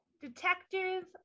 Detective